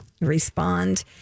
respond